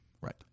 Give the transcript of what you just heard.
right